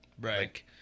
Right